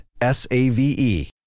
S-A-V-E